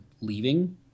leaving